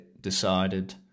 decided